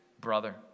brother